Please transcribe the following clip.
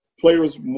players